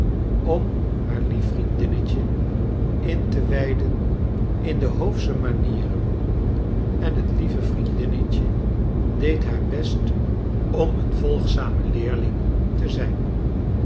om haar lief vriendinnetje in te wijden in hoofsche manieren en het lieve vriendinnetje deed haar best om een volgzame leerling te zijn